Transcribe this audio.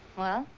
well